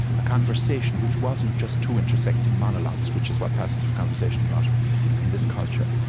a conversation which wasn't just two intersecting monologues, which is what passes for conversation a lot in this culture?